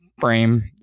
Frame